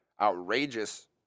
outrageous